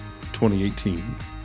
2018